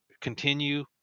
continue